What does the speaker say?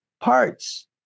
parts